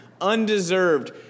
undeserved